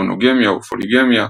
מונוגמיה ופוליגמיה,